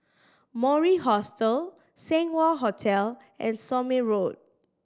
Mori Hostel Seng Wah Hotel and Somme Road